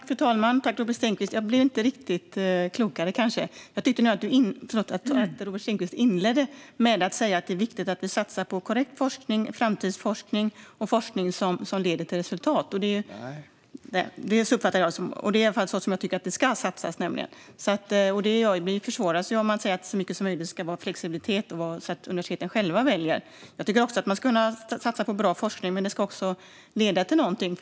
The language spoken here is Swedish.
Fru talman och Robert Stenkvist! Jag blev kanske inte mycket klokare. Jag tyckte nog att Robert Stenkvist inledde med att säga att det är viktigt att vi satsar på korrekt forskning, framtidsforskning och forskning som leder till resultat. : Nej.) Så uppfattade jag det. Det är i alla fall så som jag tycker att det ska satsas. Detta försvåras ju om man säger att så mycket som möjligt ska vara flexibelt så att universiteten kan välja själva. Jag tycker också att man ska kunna satsa på bra forskning, men det ska leda till någonting.